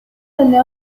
delle